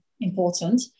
important